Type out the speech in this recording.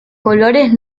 colores